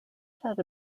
had